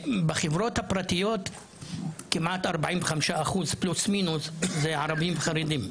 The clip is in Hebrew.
בחברות הפרטיות כמעט 45% פלוס מינוס זה ערבים וחרדים,